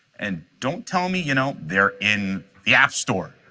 and don't tell me you know they're in the app store,